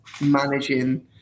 managing